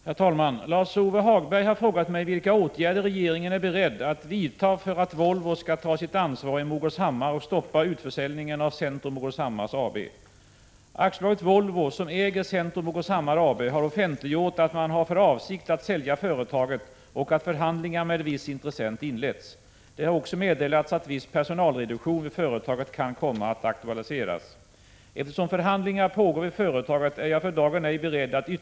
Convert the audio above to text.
Herr talman! Lars-Ove Hagberg har frågat mig vilka åtgärder regeringen är beredd att vidta för att Volvo skall ta sitt ansvar i Morgårdshammar och stoppa utförsäljningen av Centro-Morgårdshammar AB. AB Volvo, som äger Centro-Morgårdshammar AB, har offentliggjort att man har för avsikt att sälja företaget och att förhandlingar med viss intressent inletts. Det har också meddelats att viss personalreduktion vid företaget kan komma att aktualiseras. Eftersom förhandlingar pågår vid företaget är jag för dagen ej beredd att — Prot.